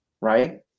Right